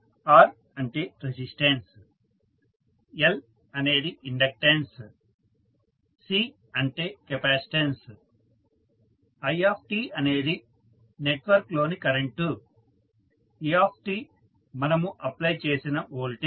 R అంటే resistance L అనేది inductance C అంటే కెపాసిటన్స్ i అనేది నెట్ వర్క్ లోని కరెంటు et మనము అప్ప్లై చేసిన వోల్టేజ్